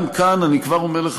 גם כאן אני כבר אומר לך,